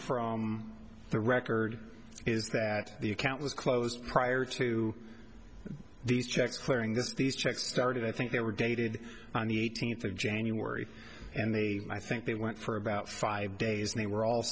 from the record is that the account was closed prior to these checks clearing this these checks started i think they were dated on the eighteenth of january and they i think they went for about five days they were all